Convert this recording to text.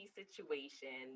situation